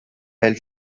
elle